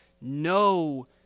no